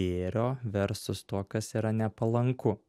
gėrio versus tuo kas yra nepalanku